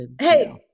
Hey